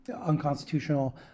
unconstitutional